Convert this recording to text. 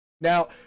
Now